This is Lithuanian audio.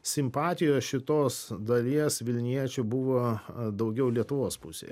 simpatijos šitos dalies vilniečių buvo daugiau lietuvos pusėje